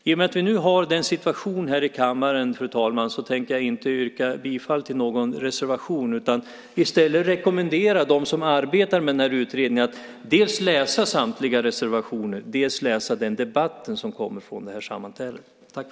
I och med att vi nu har vi den rådande situationen i kammaren, fru talman, tänkte jag inte yrka bifall till någon reservation. I stället rekommenderar jag dem som arbetar med den här utredningen att dels läsa samtliga reservationer, dels läsa det protokoll som kommer från den här debatten och det här sammanträdet.